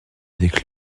avec